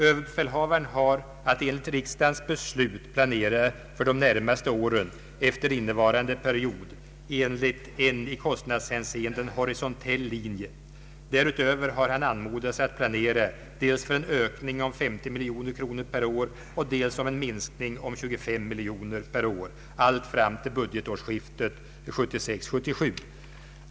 Överbefälhavaren har att enligt riksdagens beslut planera för de närmaste åren efter innevarande period enligt en i kostnadshänseende horisontell linje. Därutöver har han anmodats att planera dels för en ökning om 50 miljoner kronor per år, dels för en minskning om 25 miljoner per år, allt fram till budgetårsskiftet 1976/77.